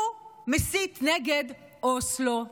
הוא מסית נגד אוסלו.